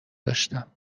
داشتم